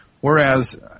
Whereas